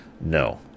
No